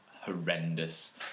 horrendous